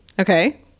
Okay